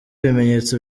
ibimenyetso